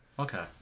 Okay